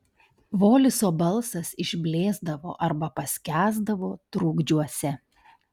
voliso balsas išblėsdavo arba paskęsdavo trukdžiuose